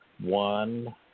one